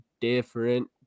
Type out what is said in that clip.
different